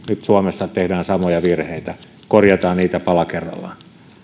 suomessa tehdään samoja virheitä korjataan niitä pala kerrallaan